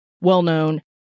well-known